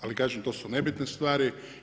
Ali, kažem to su nebitne stvari.